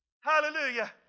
Hallelujah